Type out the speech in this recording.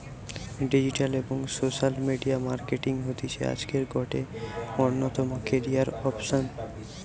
digital এবং social media marketing হতিছে আজকের গটে অন্যতম ক্যারিয়ার অপসন